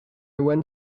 went